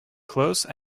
close